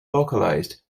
localized